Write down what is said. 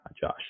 Josh